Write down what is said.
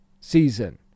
season